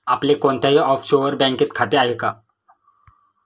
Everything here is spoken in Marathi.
आपले कोणत्याही ऑफशोअर बँकेत खाते आहे का?